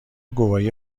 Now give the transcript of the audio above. گواهی